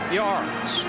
yards